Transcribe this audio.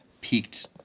peaked